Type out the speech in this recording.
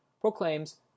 proclaims